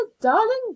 darling